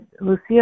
Lucia